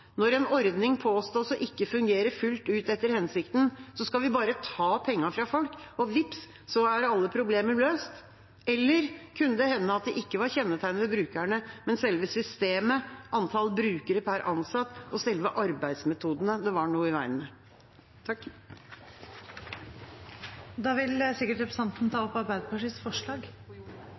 Når en ordning påstås å ikke fungere fullt ut etter hensikten, skal vi da bare ta pengene fra folk, og vips, så er alle problemer løst? Eller kunne det hende at det ikke var et kjennetegn ved brukerne, men selve systemet, antall brukere per ansatt og selve arbeidsmetodene det var noe i veien med? Representanten Lise Christoffersen har tatt opp